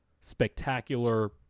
spectacular